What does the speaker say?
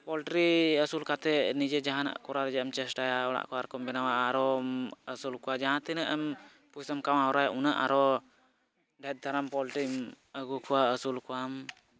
poultry ᱟᱹᱥᱩᱞ ᱠᱟᱛᱮᱫ ᱱᱤᱡᱮ ᱡᱟᱦᱟᱱᱟᱜ ᱠᱚᱨᱟᱣ ᱨᱮᱭᱟᱜ ᱮᱢ ᱪᱮᱥᱴᱟᱭᱟ ᱚᱲᱟᱜ ᱠᱚ ᱟᱨᱠᱚᱢ ᱵᱮᱱᱟᱣᱟ ᱟᱨᱚᱢ ᱟᱹᱥᱩᱞ ᱠᱚᱣᱟᱢ ᱡᱟᱦᱟᱸ ᱛᱤᱱᱟᱹᱜ ᱮᱢ ᱯᱚᱭᱥᱟᱢ ᱠᱟᱢᱟᱣ ᱦᱚᱨᱟᱭᱟ ᱩᱱᱟᱹᱜ ᱟᱨᱚ ᱰᱷᱮᱨ ᱫᱷᱟᱨᱟ ᱯᱚᱞᱴᱨᱤᱢ ᱟᱹᱜᱩ ᱠᱚᱣᱟᱢ ᱟᱹᱥᱩᱞ ᱠᱚᱣᱟᱢ